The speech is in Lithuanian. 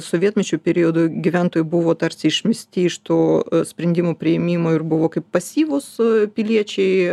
sovietmečio periodu gyventojai buvo tarsi išmesti iš tų sprendimų priėmimo ir buvo kaip pasyvūs piliečiai